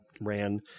ran